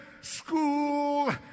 school